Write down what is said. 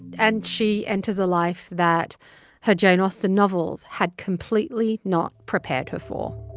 and she enters a life that her jane austen novels had completely not prepared her for.